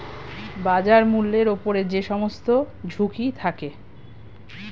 বাজার মূল্যের উপর যে সমস্ত ঝুঁকি থাকে